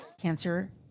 Cancer